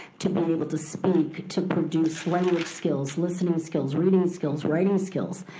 to be able to speak, to produce language skills, listening skills, reading skills, writing skills.